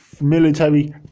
military